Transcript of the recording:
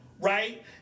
right